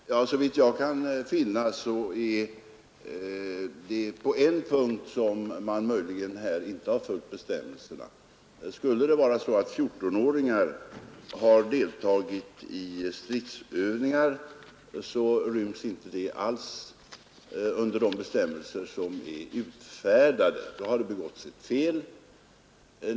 Herr talman! Såvitt jag kan finna är det på en punkt som man möjligen här inte har följt bestämmelserna, nämligen om det skulle vara så att 14-åringar har deltagit i stridsövningar. Det ryms inte alls under de bestämmelser som är utfärdade, utan då har det begåtts ett fel.